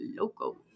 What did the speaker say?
Loco